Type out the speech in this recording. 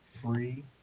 free